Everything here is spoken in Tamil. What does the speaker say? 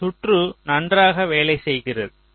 இந்த சுற்று நன்றாக வேலை செய்கிறது